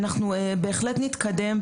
אנחנו בהחלט נתקדם,